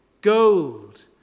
gold